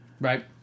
Right